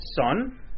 son